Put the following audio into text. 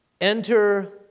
Enter